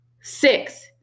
Six